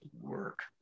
work